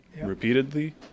repeatedly